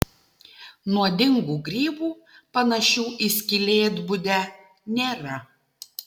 nuodingų grybų panašių į skylėtbudę nėra